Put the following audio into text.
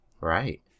Right